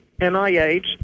NIH